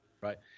Right